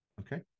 Okay